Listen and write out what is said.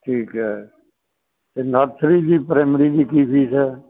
ਠੀਕ ਹੈ ਅਤੇ ਨਰਸਰੀ ਦੀ ਪ੍ਰਾਇਮਰੀ ਦੀ ਕੀ ਫੀਸ ਹੈ